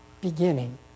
beginning